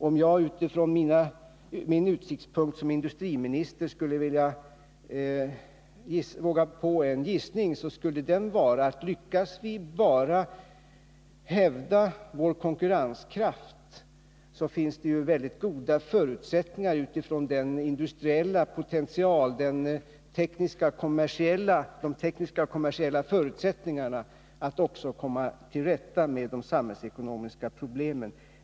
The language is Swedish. Om jag utifrån min utsiktspunkt som industriminister skulle våga mig på en gissning, så skulle den lyda: Lyckas vi bara hävda vår konkurrenskraft, finns det utifrån den industriella potentialen och de tekniska och kommersiella förutsättningarna mycket goda möjligheter att vi också kommer till rätta med de samhällsekonomiska problemen.